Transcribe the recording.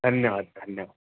धन्यवाद धन्यवाद